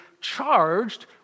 charged